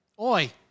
Oi